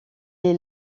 est